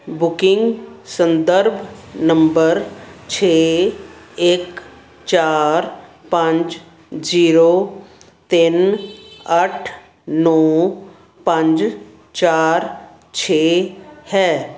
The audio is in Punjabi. ਬੁਕਿੰਗ ਸੰਦਰਭ ਨੰਬਰ ਛੇ ਇੱਕ ਚਾਰ ਪੰਜ ਜ਼ੀਰੋ ਤਿੰਨ ਅੱਠ ਨੌਂ ਪੰਜ ਚਾਰ ਛੇ ਹੈ